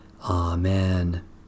Amen